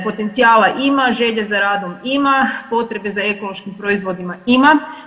Potencijala ima, želje za radom ima, potrebe za ekološkim proizvodima ima.